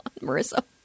Marissa